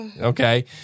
Okay